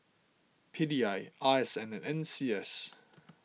P D I R S N and N C S